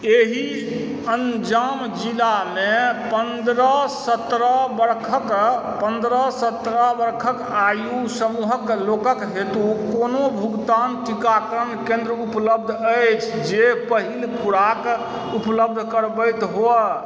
एहि अन्जाम जिलामे पनरहसँ सतरह बरखके आयु समूहके लोकके हेतु कोनो भुगतान टीकाकरण केन्द्र उपलब्ध अछि जे पहिल खोराक उपलब्ध करबैत हुअए